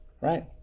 Right